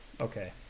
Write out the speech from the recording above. okay